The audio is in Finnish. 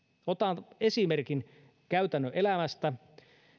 otan esimerkin käytännön elämästä